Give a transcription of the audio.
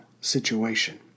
situation